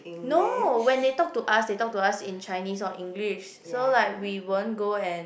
no when they talk to us they talk to us in Chinese or English so like we won't go and